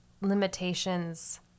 limitations